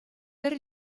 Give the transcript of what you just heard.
per